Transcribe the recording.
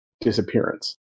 disappearance